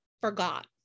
forgot